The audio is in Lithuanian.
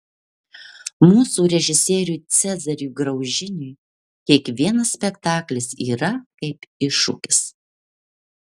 mūsų režisieriui cezariui graužiniui kiekvienas spektaklis yra kaip iššūkis